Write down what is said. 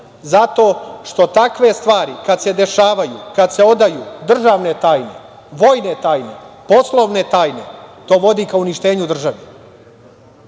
zato što takve stvari kad se dešavaju, kad se odaju, državne tajne, vojne tajne, poslovne tajne, to vodi ka uništenju države.U